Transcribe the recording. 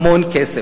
המון כסף.